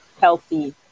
healthy